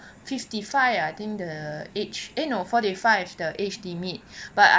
fifty five ah I think the age eh no forty five the age limit but